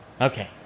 Okay